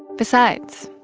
besides,